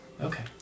Okay